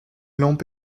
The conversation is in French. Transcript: lampe